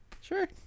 sure